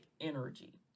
energy